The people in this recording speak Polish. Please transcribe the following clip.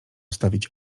stawić